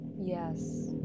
Yes